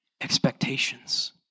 expectations